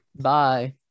Bye